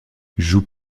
joue